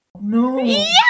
No